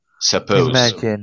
suppose